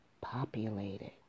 populated